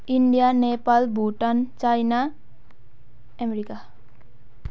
India Nepal Bhutan China America